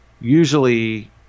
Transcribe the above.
Usually